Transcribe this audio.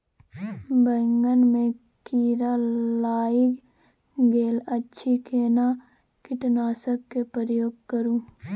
बैंगन में कीरा लाईग गेल अछि केना कीटनासक के प्रयोग करू?